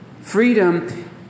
Freedom